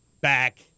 back